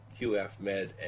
QFMed